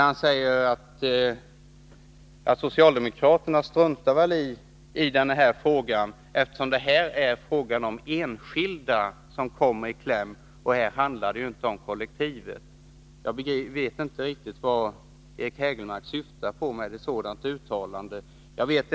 Han säger att socialdemokraterna väl struntar i den här frågan, eftersom det är enskilda som kommer i kläm och inte handlar om kollektivet. Jag vet inte riktigt vad Eric Hägelmark syftar på med ett sådant uttalande.